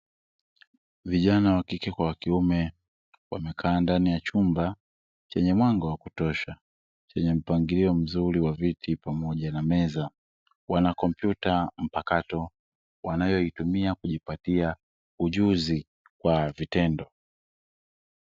Vijana wa kike kwa wa kiume wamekaa ndani ya chumba chenye mwanga wa kutosha chenye mpangilio mzuri wa viti pamoja na meza, wana kompyuta mpakato wanayoitumia kujipatia ujuzi wa vitendo.